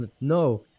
no